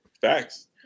Facts